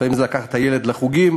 לפעמים זה לקחת את הילד לחוגים,